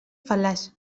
fal·laç